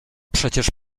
przecież